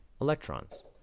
electrons